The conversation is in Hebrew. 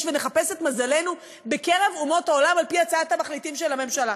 ונחפש את מזלנו בקרב אומות העולם על-פי הצעת המחליטים של הממשלה.